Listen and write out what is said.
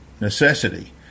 necessity